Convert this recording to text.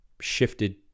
shifted